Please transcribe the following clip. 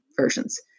versions